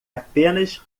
apenas